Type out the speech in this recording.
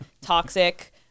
toxic